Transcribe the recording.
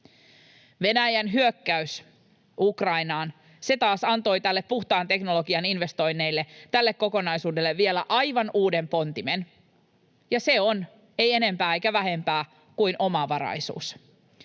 Venäjän hyökkäys Ukrainaan, se taas antoi puhtaan teknologian investoinneille, tälle kokonaisuudelle, vielä aivan uuden pontimen, ja se on, ei enempää eikä vähempää kuin omavaraisuus.